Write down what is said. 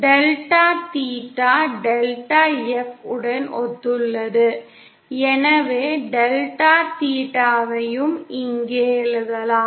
delta theta delta F உடன் ஒத்துள்ளது எனவே டெல்டா தீட்டாவையும் இங்கே எழுதலாம்